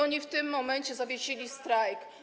Oni w tym momencie zawiesili strajk.